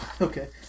Okay